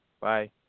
Bye